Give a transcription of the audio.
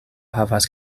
havas